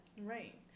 Right